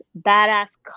badass